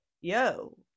yo